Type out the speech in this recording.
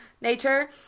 nature